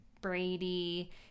Brady